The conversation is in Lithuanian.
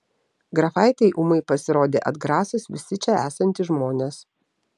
grafaitei ūmai pasirodė atgrasūs visi čia esantys žmonės